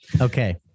Okay